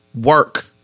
work